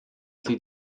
sie